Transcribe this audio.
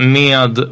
med